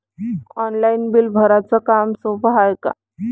Online bill भराच काम सोपं हाय का?